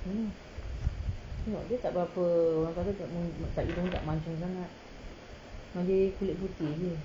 ya lah tengok dia tak berapa orang kata hidung tak mancung sangat abeh kulit putih jer